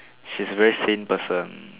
she's a very sane person